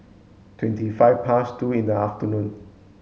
twenty five past two in the afternoon